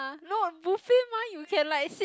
!huh! no what buffet mah you can like sit